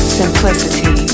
simplicity